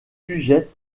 multiples